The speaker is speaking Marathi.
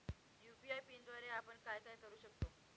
यू.पी.आय पिनद्वारे आपण काय काय करु शकतो?